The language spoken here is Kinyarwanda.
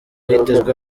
hitezwe